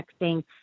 texting